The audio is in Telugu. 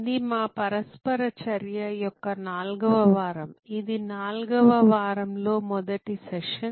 ఇది మా పరస్పర చర్య యొక్క నాల్గవ వారం ఇది నాల్గవ వారంలో మొదటి సెషన్